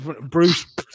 Bruce